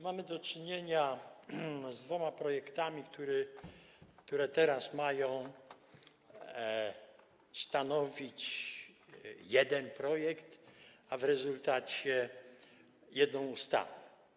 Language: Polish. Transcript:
Mamy do czynienia z dwoma projektami, które teraz mają stanowić jeden projekt, a w rezultacie jedną ustawę.